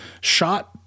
shot